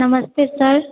नमस्ते सर